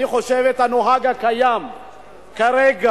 אני חושב, את הנוהג הקיים כרגע